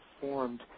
performed